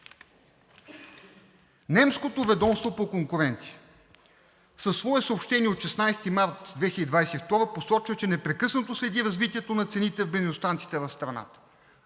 Немското ведомство по конкуренция със свое съобщение от 16 март 2022 г. посочва, че непрекъснато следи развитието на цените в бензиностанциите в страната.